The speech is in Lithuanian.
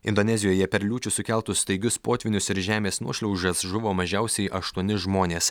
indonezijoje per liūčių sukeltus staigius potvynius ir žemės nuošliaužas žuvo mažiausiai aštuoni žmonės